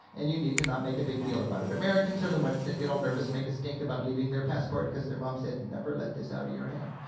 and you need to not make a big deal about it. americans are the ones that get all nervous and make a stink about leaving their passport cause their mom said, never let this out of your hand.